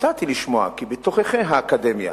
הופתעתי לשמוע כי בתוככי האקדמיה,